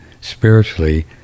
spiritually